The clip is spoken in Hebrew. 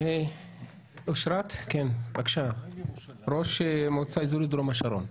אושרת, ראש מועצה אזורית דרום השרון.